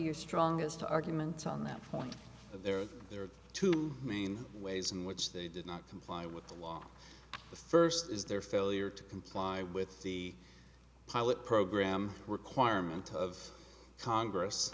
your strongest arguments on that point there are two main ways in which they did not comply with the law the first is their failure to comply with the pilot program requirement of congress